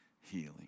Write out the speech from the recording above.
healing